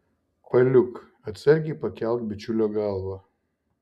paliuk atsargiai pakelk bičiulio galvą